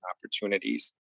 opportunities